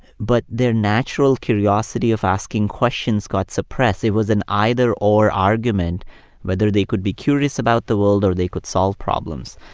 but their natural curiosity of asking questions got suppressed. it was an either-or argument whether they could be curious about the world or they could solve problems,